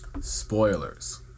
Spoilers